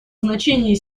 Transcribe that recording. значения